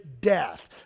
death